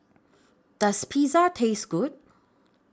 Does Pizza Taste Good